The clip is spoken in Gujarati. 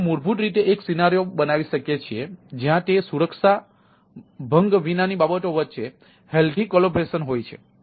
આપણે મૂળભૂત રીતે એક દૃશ્ય હોય છે